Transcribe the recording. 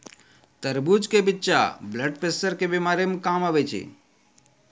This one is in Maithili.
तरबूज के बिच्चा ब्लड प्रेशर के बीमारी मे काम आवै छै